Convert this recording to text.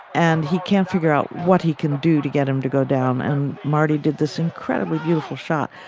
and he can't figure out what he can do to get him to go down and marty did this incredibly beautiful shot,